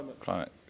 Climate